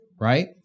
right